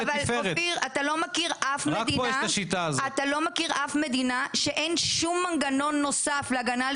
אתה לא מכיר אף מדינה שאין שום מנגנון נוסף להגנה על